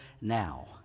now